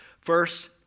First